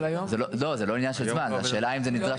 זה לא עניין של זמן השאלה אם זה נדרש .